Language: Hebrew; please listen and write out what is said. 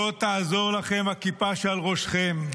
לא תעזור לכם הכיפה שעל ראשכם,